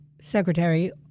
Secretary